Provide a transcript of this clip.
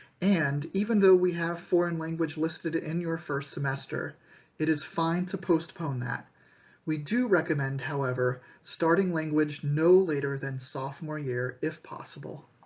and even though we have foreign language listed in your first semester it is fine to postpone that we do recommend however starting language no later than sophomore year if possible